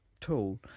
Tool